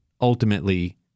ultimately